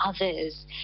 others